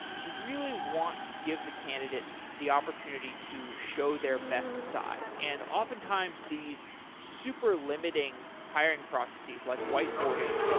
you really want to give the candidate the opportunity to show their best side, and oftentimes these super limiting hiring processes, like white-boarding,